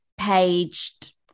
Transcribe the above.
Paged